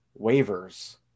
waivers